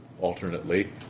alternately